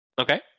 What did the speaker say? Okay